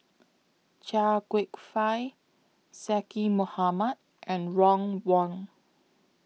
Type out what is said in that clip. Chia Kwek Fah Zaqy Mohamad and Ron Wong